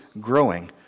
growing